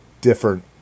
different